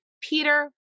peter